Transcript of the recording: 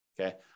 Okay